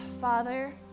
Father